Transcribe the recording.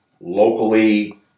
locally